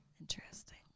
interesting